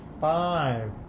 five